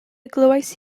glywais